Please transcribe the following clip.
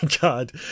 god